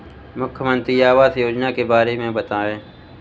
मुख्यमंत्री आवास योजना के बारे में बताए?